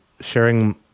sharing